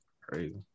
Crazy